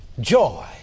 joy